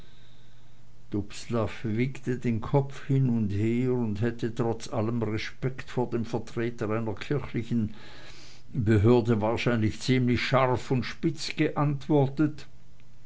dubslav wiegte den kopf hin und her und hätte trotz allen respekts vor dem vertreter einer kirchlichen behörde wahrscheinlich ziemlich scharf und spitz geantwortet